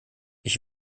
ich